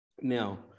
Now